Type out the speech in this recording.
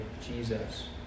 Jesus